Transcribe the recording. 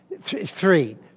Three